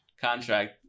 contract